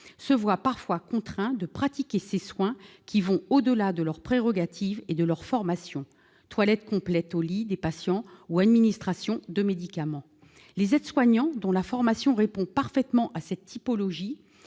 se voient parfois contraints de pratiquer des soins qui vont au-delà de leurs prérogatives et de leur formation : toilette complète au lit des patients ou administration de médicaments. Les aides-soignants, dont la formation répond parfaitement à cette typologie,